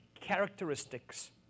characteristics